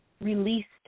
released